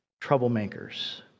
troublemakers